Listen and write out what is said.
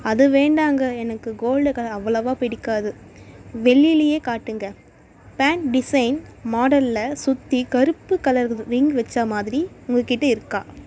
அது வேண்டாங்க எனக்கு கோல்டு கலர் அவ்வளவாக பிடிக்காது வெள்ளிலேயே காட்டுங்கள் பேண்ட் டிசைன் மாடலில் சுத்தி கருப்பு கலர் ரிங் வச்சு மாதிரி உங்ககிட்ட இருக்கா